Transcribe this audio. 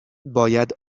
باید